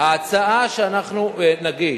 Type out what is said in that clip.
ההצעה שאנחנו נגיש,